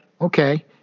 Okay